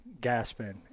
gasping